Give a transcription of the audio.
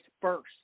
first